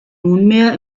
nunmehr